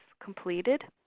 completed